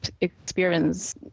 experience